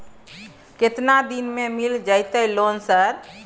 केतना दिन में मिल जयते लोन सर?